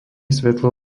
svetlo